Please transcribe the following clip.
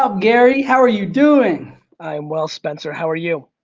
um gary? how are you doing? i am well spencer, how are you?